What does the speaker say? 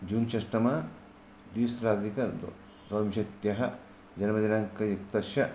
जुन् षष्ठम द्विसहस्राधिकद्वाविंशतिः जन्मदिनाङ्कयुक्तस्य